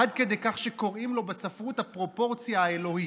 עד כדי כך שקוראים לו בספרות "הפרופורציה האלוהית".